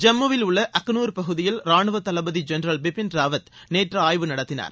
ஜம்முவில் உள்ள அக்லூர் பகுதியில் ராணுவ தளபதி ஜென்ரல் பிபின் ராவத் நேற்று ஆய்வு நடத்தினார்